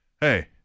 Hey